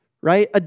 right